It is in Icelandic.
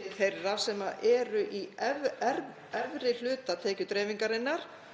til þeirra sem eru í efri hluta tekjudreifingarinnar